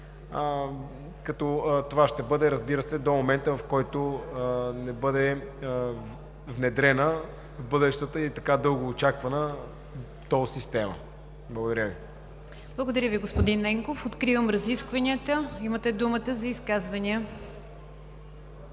Това ще бъде, разбира се, до момента, в който не бъде внедрена бъдещата и така дългоочаквана тол система. Благодаря Ви. ПРЕДСЕДАТЕЛ НИГЯР ДЖАФЕР: Благодаря Ви, господин Ненков. Откривам разискванията. Имате думата за изказвания.